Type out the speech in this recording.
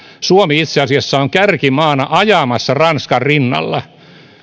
suomi itse asiassa on kärkimaana ajamassa ranskan rinnalla